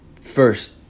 first